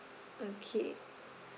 okay